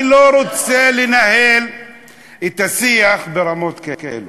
אני לא רוצה לנהל את השיח ברמות כאלה.